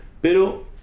pero